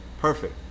perfect